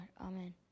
Amen